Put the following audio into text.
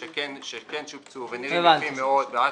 שכן שופצו ונראים יפים מאוד באשקלון,